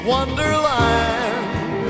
Wonderland